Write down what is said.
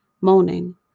moaning